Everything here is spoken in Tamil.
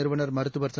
நிறுவனம் மருத்துவர் ச